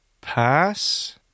Pass